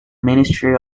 ministry